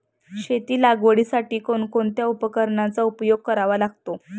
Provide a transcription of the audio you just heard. शेती लागवडीसाठी कोणकोणत्या उपकरणांचा उपयोग करावा लागतो?